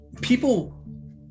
People